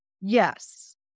Yes